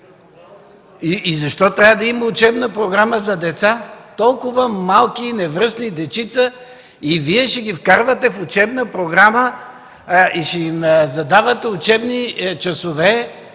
И защо трябва да има учебна програма за деца – толкова малки и невръстни дечица? И Вие ще ги вкарвате в учебна програма и ще им задавате учебни часове